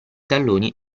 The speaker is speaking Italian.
talloni